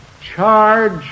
charge